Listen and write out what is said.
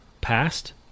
past